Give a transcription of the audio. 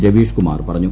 രവീഷ് കുമാർ പറഞ്ഞു